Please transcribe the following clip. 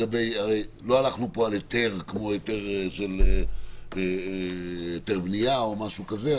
הרי לא הלכנו פה על היתר כמו היתר בנייה או משהו כזה,